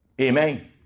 Amen